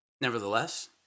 Nevertheless